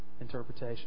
interpretation